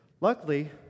Luckily